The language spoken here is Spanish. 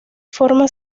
forma